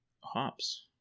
hops